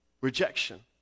rejection